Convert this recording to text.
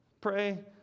Pray